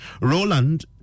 Roland